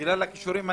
הכישורים הנמוכים.